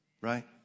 right